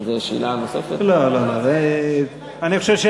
מה בדיוק אנחנו מקבלים בתמורה בהסכם?